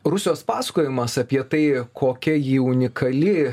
rusijos pasakojimas apie tai kokia ji unikali